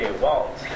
Walt